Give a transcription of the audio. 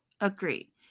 Agreed